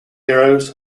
heroes